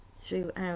throughout